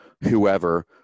whoever